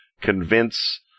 convince